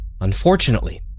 Unfortunately